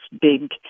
big